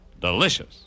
delicious